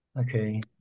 Okay